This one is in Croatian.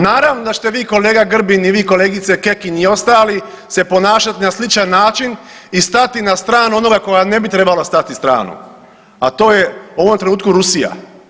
Naravno da ćete vi kolega Grbin i vi kolegice Kekin i ostali se ponašati na sličan način i stati na stranu onoga koga ne bi trebalo stati stranu, a to je u ovom trenutku Rusija.